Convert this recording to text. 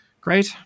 Great